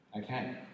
Okay